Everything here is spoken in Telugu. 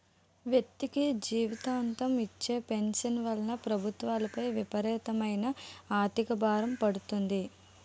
వ్యక్తికి జీవితాంతం ఇచ్చే పెన్షన్ వలన ప్రభుత్వాలపై విపరీతమైన ఆర్థిక భారం పడుతుంది